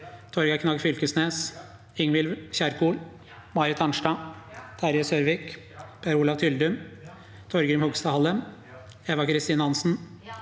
Torgeir Knag Fylkesnes, Ingvild Kjerkol, Marit Arnstad, Terje Sørvik, Per Olav Tyldum, Torgrim Hogstad Hallem, Eva Kristin Hansen,